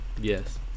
Yes